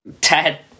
Ted